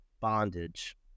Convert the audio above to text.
bondage